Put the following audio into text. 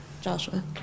Joshua